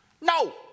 No